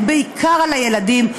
ובעיקר על הילדים,